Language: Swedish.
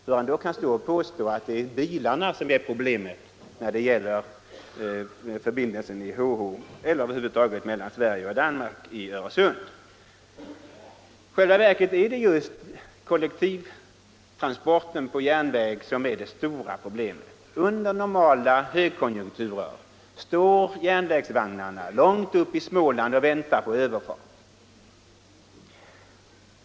Hur herr Sjöholm då kan påstå att det är bilarna som är problemet när det gäller förbindelsen H-H eller över huvud taget mellan Danmark och Sverige förstår jag inte. I själva verket är det kollektivtransporten på järnväg som är det stora problemet. Under normal högkonjunktur står järnvägsvagnarna långt uppe i Småland och väntar på överfart.